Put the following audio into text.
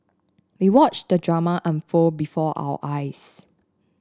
we watched the drama unfold before our eyes